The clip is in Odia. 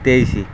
ତେଇଶ